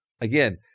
again